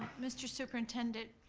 mr. superintendent,